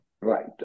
Right